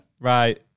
right